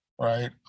Right